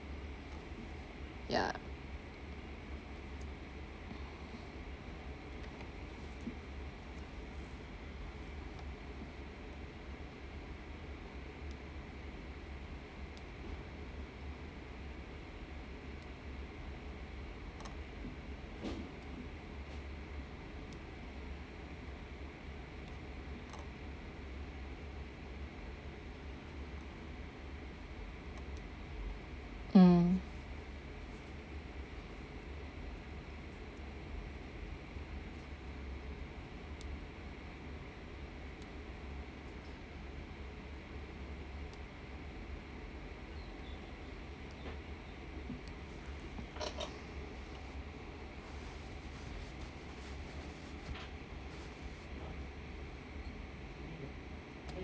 ya mm